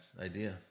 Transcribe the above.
idea